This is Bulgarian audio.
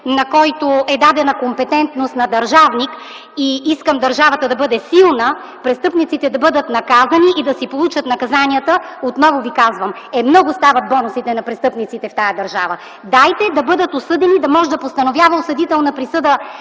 на който е дадена компетентност на държавник, искам държавата да бъде силна, престъпниците да бъдат наказани и да си получат наказанията. Отново ви казвам: е, много стават бонусите на престъпниците в тази държава. Дайте да бъдат осъдени, съдът да може да постановява осъдителна присъда